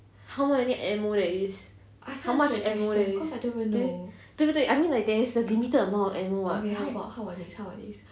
how many ammo there is how much ammo there is 对对不对 I mean like there is a limited amount of ammo [what]